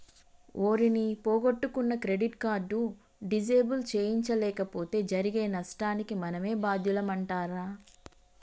ఓరి నీ పొగొట్టుకున్న క్రెడిట్ కార్డు డిసేబుల్ సేయించలేపోతే జరిగే నష్టానికి మనమే బాద్యులమంటరా